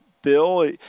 Bill